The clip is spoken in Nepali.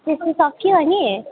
एचएस चाहिँ सक्यो अनि